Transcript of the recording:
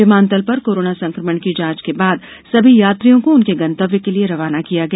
विमानतल पर कोरोना संक्रमण की जांच के बाद सभी यात्रियों को उनके गंतव्य के लिए रवाना किया गया